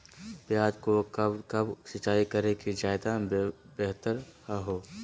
प्याज को कब कब सिंचाई करे कि ज्यादा व्यहतर हहो?